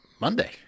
Monday